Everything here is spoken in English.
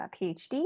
PhD